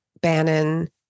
Bannon